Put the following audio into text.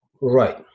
right